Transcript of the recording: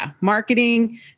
Marketing